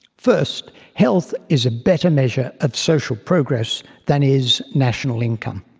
first, health is a better measure of social progress than is national income.